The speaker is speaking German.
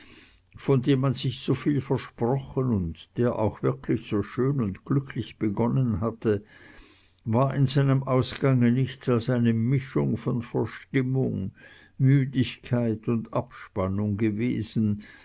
von dem man sich soviel versprochen und der auch wirklich so schön und glücklich begonnen hatte war in seinem ausgange nichts als eine mischung von verstimmung müdigkeit und abspannung gewesen